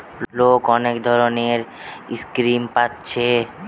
লোক অনেক ধরণের স্কিম পাচ্ছে